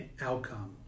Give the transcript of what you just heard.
outcome